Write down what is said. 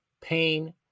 pain